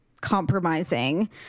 compromising